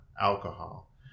alcohol